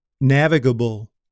navigable